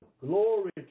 Glory